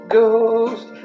Ghost